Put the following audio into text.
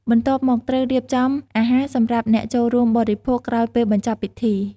បន្ទាប់មកត្រូវរៀបចំអាហារសម្រាប់អ្នកចូលរួមបរិភោគក្រោយពេលបញ្ចប់ពិធី។